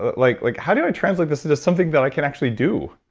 but like like how do i translate this into something that i can actually do?